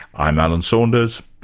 i'm alan saunders,